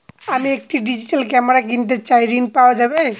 আমি একটি digital camera কিনতে চাই ঝণ পাওয়া যাবে?